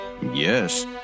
Yes